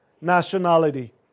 nationality